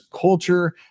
culture